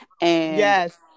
yes